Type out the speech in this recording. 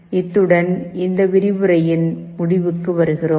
இதனுடன் இந்த விரிவுரையின் முடிவுக்கு வருகிறோம்